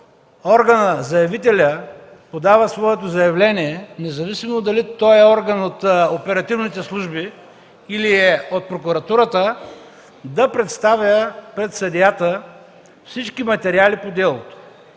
органът, заявителят, подава своето заявление, независимо дали той е орган от оперативните служби или е от Прокуратурата, да представя пред съдията всички материали по делото,